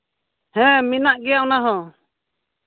ᱦᱮᱸ ᱢᱮᱱᱟᱜ ᱜᱮᱭᱟ ᱚᱱᱟ ᱦᱚᱸ